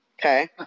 okay